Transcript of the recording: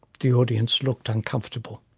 the audience looked uncomfortable.